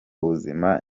buzima